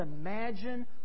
imagine